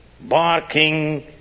Barking